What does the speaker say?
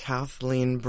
Kathleen